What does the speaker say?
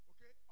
Okay